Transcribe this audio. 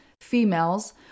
females